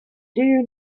you